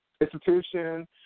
institution